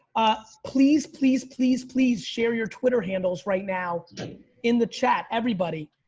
ah please, please, please, please share your twitter handles right now in the chat everybody.